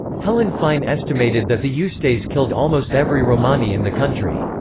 helen fein estimated that the ustase killed almost every romani in the country.